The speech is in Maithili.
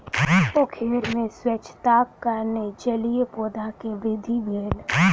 पोखैर में स्वच्छताक कारणेँ जलीय पौधा के वृद्धि भेल